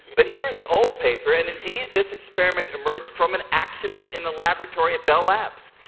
but here is an old paper, and indeed this experiment emerged from an accident in the laboratory at bell labs.